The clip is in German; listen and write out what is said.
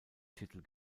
titel